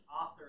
author